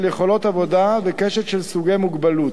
יכולות עבודה וקשת של סוגי מוגבלות.